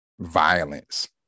violence